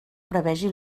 prevegi